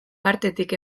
partetik